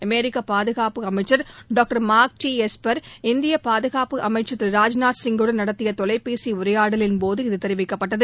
அமெரிக்க பாதகாப்பு அமைச்சர் doctor Mark T Esper இந்திய பாதகாப்பு அமைச்சர் திரு ராஜ்நாத் சிங்குடன் நடத்திய தொலைபேசி உரையாடலின்போது இது தெரிவிக்கப்பட்டது